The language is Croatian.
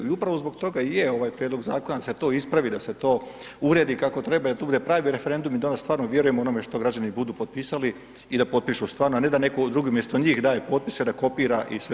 I upravo zbog toga i je ovaj prijedlog zakona da se to ispravi, da se to uredi kako treba jer da to bude pravi referendum i da onda stvarno vjerujemo onome što građani budu potpisali i da potpišu stvarno, a ne netko drugi umjesto njih daje potpise, da kopira i sve ostalo.